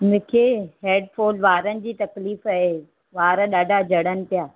मूंखे hair fall वारनि जी तकलीफ़ आहे वार ॾाढा झड़नि पिया